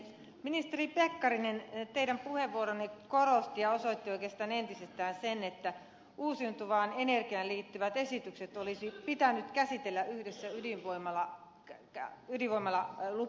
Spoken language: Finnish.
ministeri pekkarinen teidän puheenvuoronne korosti ja osoitti oikeastaan entisestään sen että uusiutuvaan energiaan liittyvät esitykset olisi pitänyt käsitellä yhdessä ydinvoimalalupien kanssa